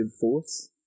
force